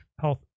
health